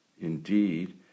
Indeed